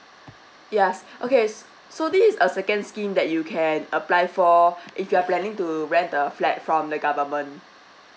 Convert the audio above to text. yes okay so this is a second scheme that you can apply for if you are planning to rent the flat from the government